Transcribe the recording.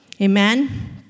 Amen